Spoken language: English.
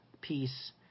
peace